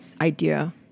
idea